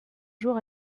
jour